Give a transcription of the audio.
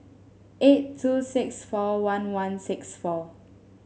eight two six four one one six four